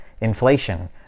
Inflation